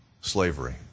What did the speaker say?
slavery